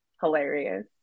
hilarious